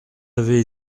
avez